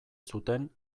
zuten